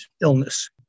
illness